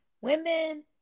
Women